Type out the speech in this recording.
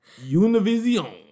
Univision